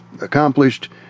accomplished